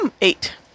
Eight